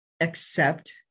accept